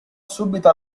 subito